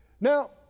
Now